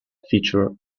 feature